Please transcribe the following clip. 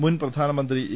മുൻപ്രധാനമന്ത്രി A